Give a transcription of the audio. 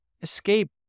escape